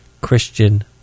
Christian